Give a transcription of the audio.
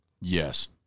Yes